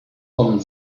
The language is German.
kommen